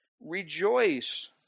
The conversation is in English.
Rejoice